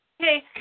Okay